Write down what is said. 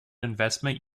investment